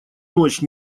ночь